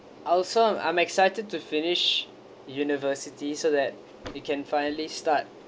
also I'm excited to finish university so that we can finally start